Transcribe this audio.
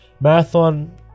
marathon